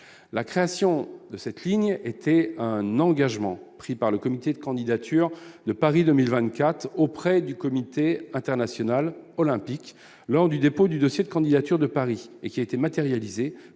la création de cette ligne était un engagement pris par le comité de candidature de Paris 2024 auprès du comité international olympique lors du dépôt du dossier de candidature de Paris et qui a été matérialisées